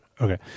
Okay